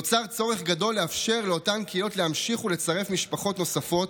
נוצר צורך גדול לאפשר לאותן קהילות להמשיך ולצרף משפחות נוספות,